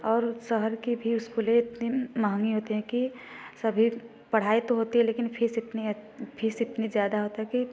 और शहर के भी स्कूलें इतनी महंगी होते हैं कि सभी पढ़ाई तो होती हैं लेकिन फीस इतनी फीस इतनी ज़्यादा होता है कि